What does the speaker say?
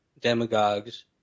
demagogues